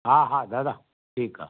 हा हा दादा ठीकु आहे